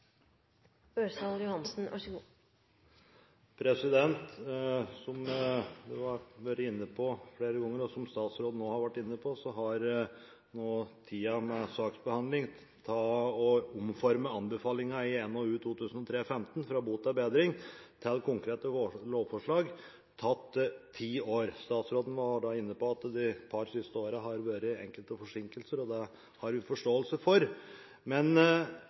som statsråden nå har vært inne på, har saksbehandlingen med å omforme anbefalingen i NOU 2003: 15, Fra bot til bedring, til konkrete lovforslag tatt ti år. Statsråden var inne på at det de siste par årene har vært enkelte forsinkelser, og det har vi forståelse for, men